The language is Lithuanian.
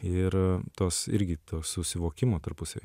ir tos irgi to susivokimo tarpusavyje